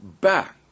back